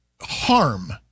harm